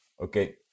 Okay